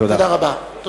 תודה רבה.